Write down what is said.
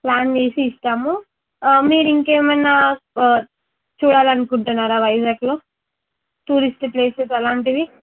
plan చేసి ఇస్తాము మీరు ఇంకా ఏమైన చూడాలి అనుకుంటున్నారా వైజాగ్లో టూరిస్ట్ ప్లేసస్ అలాంటివి